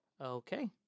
Okay